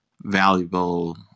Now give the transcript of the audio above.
valuable